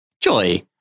Joy